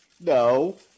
no